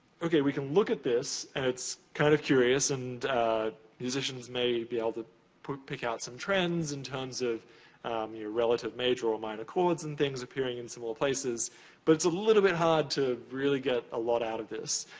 okay. we can look at this, it's kind of curious. and musicians may be able to pick out some trends in terms of your relative major or minor chords and things appearing in similar places but it's a little bit hard to really get a lot out of this.